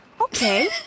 Okay